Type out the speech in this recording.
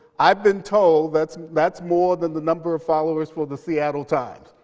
i've been told that's that's more than the number of followers for the seattle times.